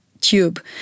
tube